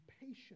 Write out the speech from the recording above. patience